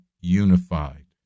unified